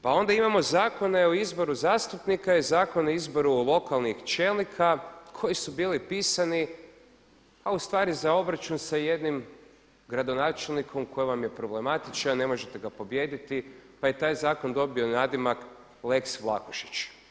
Pa onda imamo Zakone o izboru zastupnika i Zakon o izboru lokalnih čelnika koji su bili pisani a ustvari za obračun sa jednim gradonačelnikom koji vam je problematičan, ne možete ga pobijediti pa je taj zakon dobio nadimak lex Vlahušić.